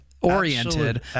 oriented